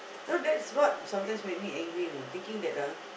you know that's what sometimes make me angry you know thinking that ah